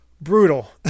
brutal